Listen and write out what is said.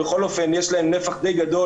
בכל אופן יש להם נפח די גדול,